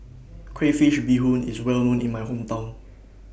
Crayfish Beehoon IS Well known in My Hometown